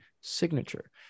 signature